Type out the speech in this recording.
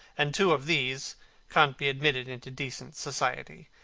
and two of these can't be admitted into decent society.